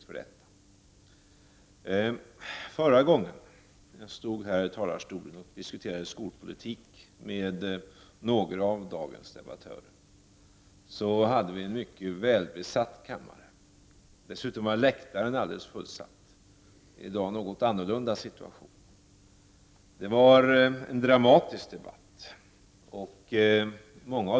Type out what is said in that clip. Förra gången jag stod i denna talarstol och diskuterade skolpolitik med några av dagens debattörer hade vi en mycket välbesatt kammare. Dessutom var läktaren fullsatt. I dag är situationen något annorlunda. Det var en dramatisk skoldebatt.